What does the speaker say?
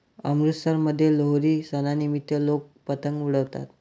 अमृतसरमध्ये लोहरी सणानिमित्त लोक पतंग उडवतात